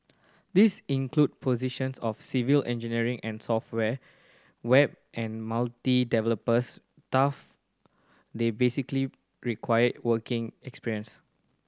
these included positions for civil engineer and software web and multimedia developers they typically required working experience